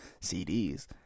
CDs